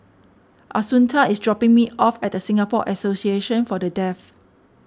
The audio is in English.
Assunta is dropping me off at the Singapore Association for the Deaf